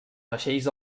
vaixells